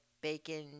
bacon